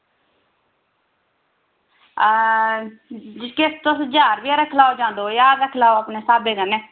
किश्त तुस ज्हार रपेया रक्ख लैओ जां दो ज्हार रक्ख लैओ अपने स्हाब कन्नै